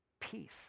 peace